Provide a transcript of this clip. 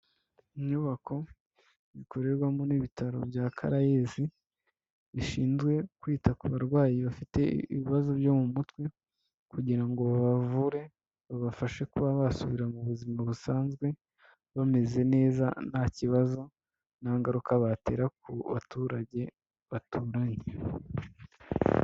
Inyubako bikorerwamo n'ibitaro bya Karayezi, bishinzwe kwita ku barwayi bafite ibibazo byo mu mutwe, kugira ngo babavure babafashe kuba basubira mu buzima busanzwe bameze neza nta kibazo, nta ngaruka batera ku baturage baturanye.